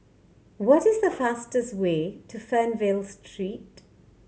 what is the fastest way to Fernvale Street